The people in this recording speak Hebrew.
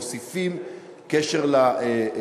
מוסיפים תקציב קשר עם הבוחר.